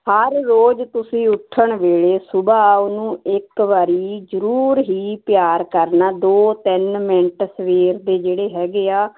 ਹਰ ਰੋਜ਼ ਤੁਸੀਂ ਉੱਠਣ ਵੇਲੇ ਸੁਬਹਾ ਉਹਨੂੰ ਇੱਕ ਵਾਰੀ ਜਰੂਰ ਹੀ ਪਿਆਰ ਕਰਨਾ ਦੋ ਤਿੰਨ ਮਿੰਟ ਸਵੇਰ ਦੇ ਜਿਹੜੇ ਹੈਗੇ ਆ